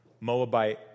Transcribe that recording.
Moabite